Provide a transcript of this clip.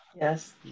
Yes